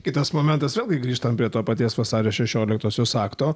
kitas momentas vėlgi grįžtant prie to paties vasario šešioliktosios akto